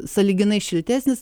sąlyginai šiltesnis